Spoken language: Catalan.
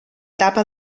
tapa